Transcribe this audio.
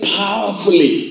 powerfully